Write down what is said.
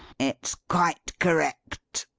it's quite correct.